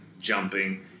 jumping